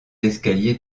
escaliers